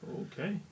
Okay